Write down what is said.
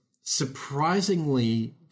surprisingly